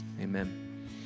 Amen